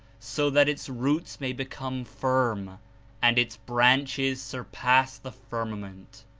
so that its roots may become firm and its branches surpass the firmament.